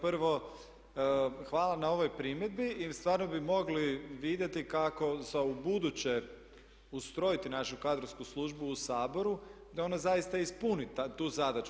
Prvo, hvala na ovoj primjedbi i stvarno bi mogli vidjeti kako za ubuduće ustrojiti našu kadrovsku službu u Saboru da ona zaista ispuni tu zadaću.